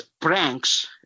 pranks